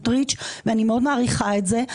ואני מאוד מעריכה את זה,